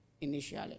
initially